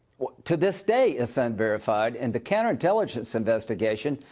to this day, it's unverified. and the counterintelligence investigation,